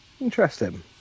interesting